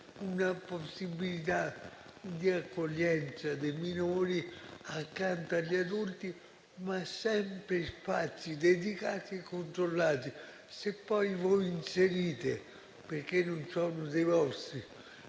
una possibilità di accoglienza dei minori accanto agli adulti, ma sempre in spazi dedicati e controllati. Se poi voi, perché non sono dei vostri,